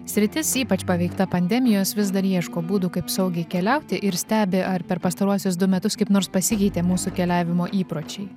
sritis ypač paveikta pandemijos vis dar ieško būdų kaip saugiai keliauti ir stebi ar per pastaruosius du metus kaip nors pasikeitė mūsų keliavimo įpročiai